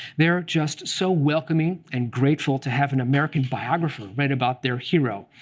they're just so welcoming and grateful to have an american biographer write about their hero.